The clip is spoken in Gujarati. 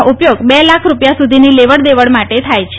નો ઉપયોગ બે લાખ રૂપિયા સુધીની લેવડ દેવડ માટે થાય છે